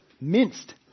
minced